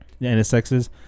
NSX's